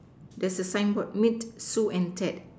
there's a sign board meet Sue and Ted